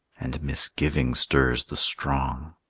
and misgiving stirs the strong.